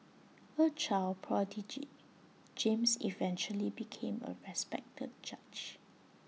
A child prodigy James eventually became A respected judge